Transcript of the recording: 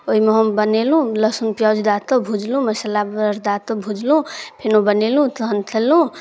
ओइमे हम बनेलहुँ लहसुन प्याज दए कऽ भुजलहुँ मसाला अर दए कऽ भुजलहुँ फेनो बनेलहुँ तहन खेलहुँ